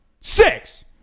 Six